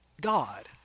God